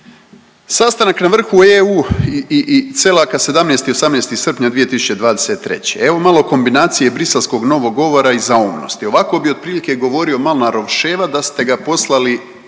Sastanak na vrhu EU i CELAC-a 17. i 18. srpnja 2023. evo malo kombinacije briselskog novog govora i zaomnosti. Ovako bi otprilike govorio Malnarov Ševa da ste ga poslali